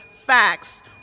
facts